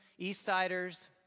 Eastsiders